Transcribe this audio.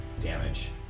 damage